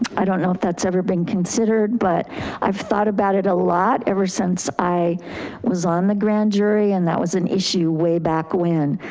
i don't know if that's ever been considered, but i've thought about it a lot ever since i was on the grand jury. and that was an issue way back when,